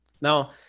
Now